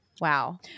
wow